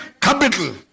capital